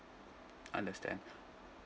understand